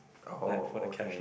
oh okay